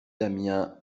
damien